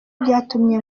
byatumye